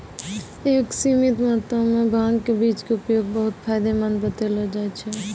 एक सीमित मात्रा मॅ भांग के बीज के उपयोग बहु्त फायदेमंद बतैलो जाय छै